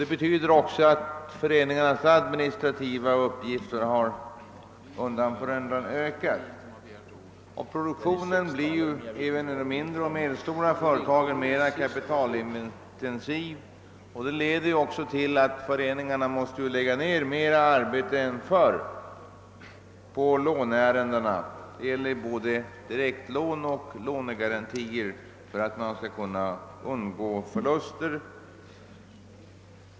Det betyder också att föreningarnas administrativa uppgifter undan för undan har ökat. Produktionen blir, även i de mindre och medelstora företagen, alltmer kapitalkrävande. Det leder också till att föreningarna måste lägga ner mer arbete än förr på låneärenden — det gäller både direktlån och lånegarantier — för att man skall undgå förluster.